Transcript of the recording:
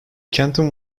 canton